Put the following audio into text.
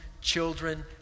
children